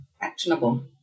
actionable